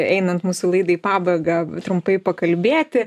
einant mūsų laidai į pabaigą trumpai pakalbėti